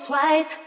Twice